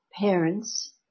parents